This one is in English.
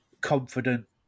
confident